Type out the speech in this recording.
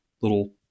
little